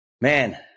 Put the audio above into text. man